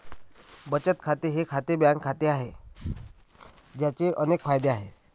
बचत खाते हे खाते बँकेत आहे, ज्याचे अनेक फायदे आहेत